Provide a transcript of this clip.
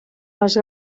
les